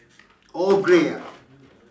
all grey ah